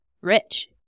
rich